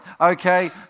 Okay